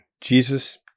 Jesus